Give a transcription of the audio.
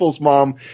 mom